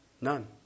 None